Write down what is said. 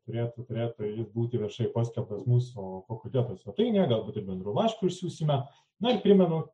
turėtų turėtų būti viešai paskelbtas mūsų fakulteto svetainėje galbūt ir bendru laišku išsiųsime na ir primenu